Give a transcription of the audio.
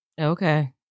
Okay